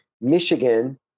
Michigan